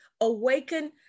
awaken